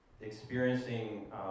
experiencing